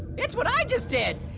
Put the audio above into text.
it's what i just did.